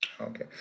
okay